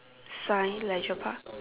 sign Leisure Park